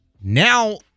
Now